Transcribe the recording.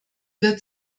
wird